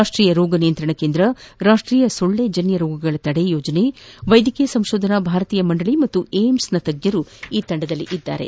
ರಾಷ್ಟೀಯ ರೋಗ ನಿಯಂತ್ರಣ ಕೇಂದ್ರ ರಾಷ್ಟೀಯ ಸೊಳ್ಳೆ ಜನ್ಯ ರೋಗಗಳ ತಡೆ ಯೋಜನೆ ವೈದ್ಯಕೀಯ ಸಂಶೋಧನಾ ಭಾರತೀಯ ಮಂಡಳಿ ಮತ್ತು ಏಮ್ಸ್ನ ತಜ್ಞರು ಈ ತಂಡದಲ್ಲಿದ್ದಾರೆ